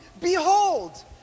Behold